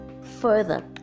further